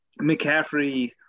McCaffrey